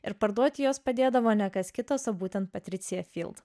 ir parduoti juos padėdavo ne kas kitas o būtent patricija